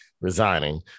resigning